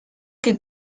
que